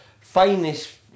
finest